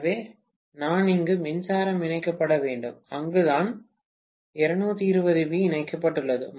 எனவே நான் இங்கு மின்சாரம் இணைக்கப்பட வேண்டும் அங்குதான் 220 வி இணைக்கப்பட்டுள்ளது